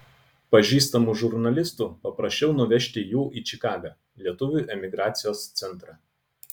pažįstamų žurnalistų paprašiau nuvežti jų į čikagą lietuvių emigracijos centrą